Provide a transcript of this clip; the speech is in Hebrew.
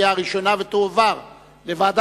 התקבלה בקריאה ראשונה ותועבר לוועדת